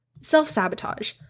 self-sabotage